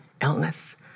illness